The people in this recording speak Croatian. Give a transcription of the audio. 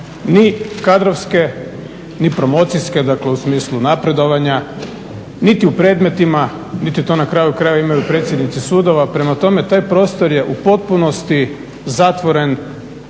ni kadrovske, ni promocijske dakle u smislu napredovanja, niti u predmetima, niti to na kraju krajeva imaju predsjednici sudova. Prema tome, taj prostor je u potpunosti zatvoren